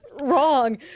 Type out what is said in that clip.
wrong